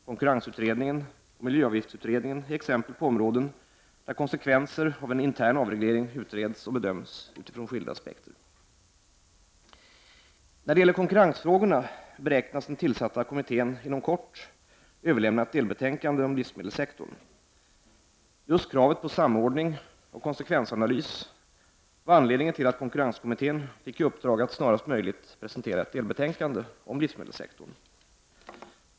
Konkurrensutredningen och miljöavgiftsutredningen är exempel på områden där konsekvenser av en intern avreglering utreds och bedöms utifrån skilda aspekter. När det gäller konkurrensfrågorna beräknas den tillsatta kommittén inom kort överlämna ett delbetänkande om livsmedelssektorn. Just kravet på samordning och konsekvensanalys var anledningen till att konkurrenskommittén fick i uppdrag att snarast möjligt presentera ett delbetänkande om livsmedelssektorn.